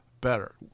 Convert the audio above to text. better